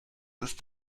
ist